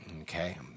okay